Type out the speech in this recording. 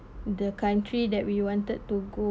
the country that we wanted to go